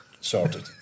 Sorted